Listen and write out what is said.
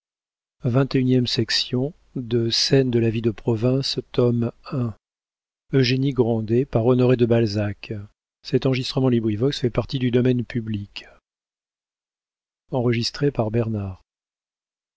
de de de la vie de province tome i author honoré de balzac